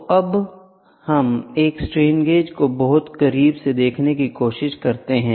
तो अब हम एक स्ट्रेन गेज को बहुत करीब से देखने की कोशिश करते हैं